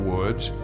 Woods